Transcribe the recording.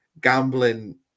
gambling